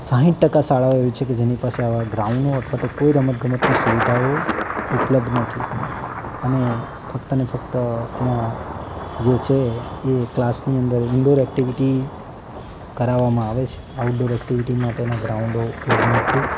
સાઠ ટકા શાળાઓ એવી છે કે જેની પાસે આવા ગ્રાઉન્ડો કોઈ રમતગમતની સુવિધાઓ ઉપલબ્ધ નથી અને ફ્ક્તને ફક્ત ત્યાં જે છે એ ક્લાસની અંદર ઇન્ડોર એક્ટિવિટી કરાવવામાં આવે સે આઉટડોર એક્ટિવિટી માટેના ગ્રાઉન્ડો ઉપલબ્ધ નથી